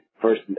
first